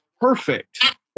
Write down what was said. perfect